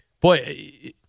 Boy